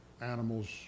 animals